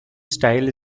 style